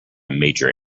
major